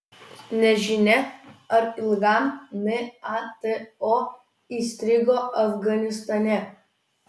nežinia ar ilgam nato įstrigo afganistane